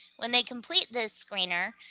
when they complete this screener,